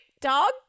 dog